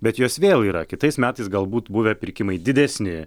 bet jos vėl yra kitais metais galbūt buvę pirkimai didesni